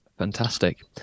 Fantastic